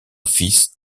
fils